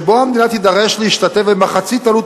שבו המדינה תידרש להשתתף במחצית עלות